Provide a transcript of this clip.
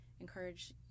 encourage